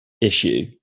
issue